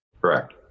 Correct